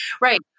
right